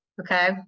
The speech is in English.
Okay